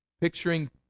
Picturing